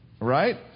right